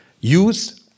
use